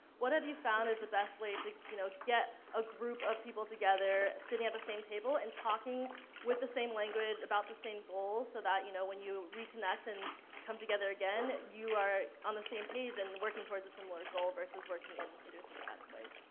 what have you found is the best way to you know get a group of people together sitting at the same table and talking with the same language about the same goal so that, you know, when you reconnect and come together again you are on the same page and working towards a similar goal versus working in idiosyncratic ways.